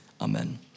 Amen